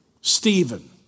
Stephen